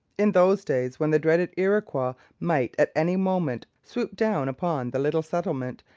in those days, when the dreaded iroquois might at any moment swoop down upon the little settlement,